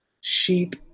sheep